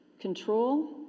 control